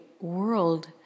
world